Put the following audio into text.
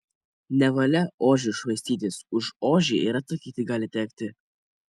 nevalia ožiu švaistytis už ožį ir atsakyti gali tekti